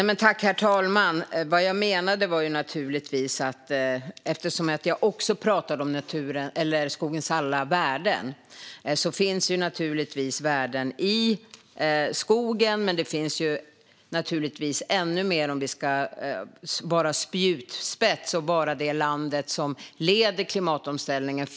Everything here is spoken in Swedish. Herr talman! Vad jag menade, eftersom jag också pratade om skogens alla värden, var att värden naturligtvis finns i skogen men att det finns ännu mer om Sverige ska vara en spjutspets och vara det land som leder klimatomställningen.